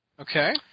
Okay